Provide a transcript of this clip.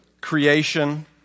creation